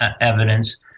evidence